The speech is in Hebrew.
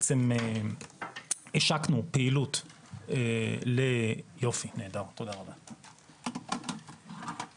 היא בעצם מתיישבת על החלטת הממשלה הקודמת ונועדה לתת מענה לכל העובדים